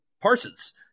Parsons